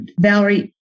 Valerie